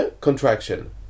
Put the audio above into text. contraction